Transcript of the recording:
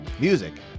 Music